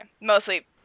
Mostly